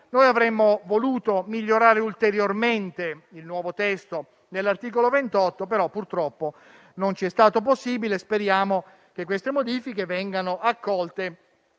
Noi avremmo voluto migliorare ulteriormente il nuovo testo dell'articolo 28, però purtroppo non ci è stato possibile. Speriamo che queste modifiche vengano accolte